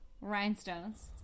rhinestones